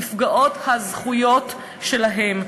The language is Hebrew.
נפגעות הזכויות שלהם.